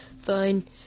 Fine